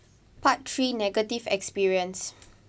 part three negative experience